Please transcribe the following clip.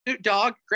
Dog